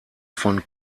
von